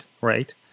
right